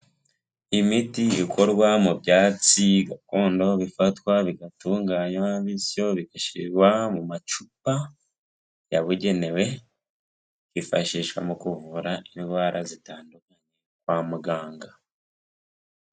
Imiti ikorwa mu byatsi gakondo bifatwa bigatunganywa, bityo bigashyirwa mu macupa yabugenewe, byifashishwa mu kuvura indwara zitandukanye kwa muganga.